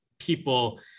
people